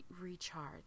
recharge